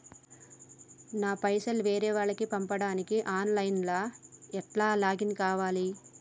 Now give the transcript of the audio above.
నా పైసల్ వేరే వాళ్లకి పంపడానికి ఆన్ లైన్ లా ఎట్ల లాగిన్ కావాలి?